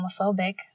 homophobic